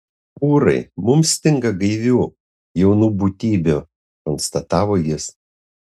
kūrai mums stinga gaivių jaunų būtybių konstatavo jis